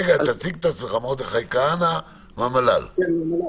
שלום, אני מהמל"ל.